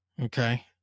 Okay